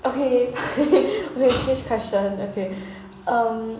okay okay change question